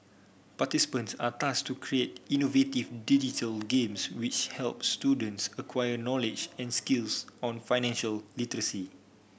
participants are tasked to create innovative digital games which help students acquire knowledge and skills on financial literacy